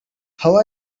how